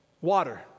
Water